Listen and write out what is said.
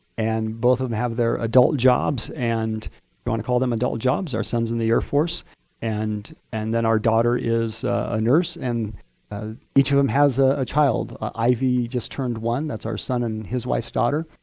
and both of them have their adult jobs and we want to call them adult jobs, our son's in the air force and and then our daughter is a nurse. and ah each of them has ah a child. ivy just turned one. that's our son and his wife's daughter.